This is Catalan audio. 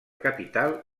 capital